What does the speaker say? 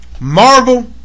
Marvel